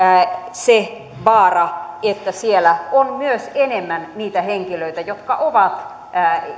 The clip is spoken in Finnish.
se vaara että siellä on myös enemmän niitä henkilöitä jotka ovat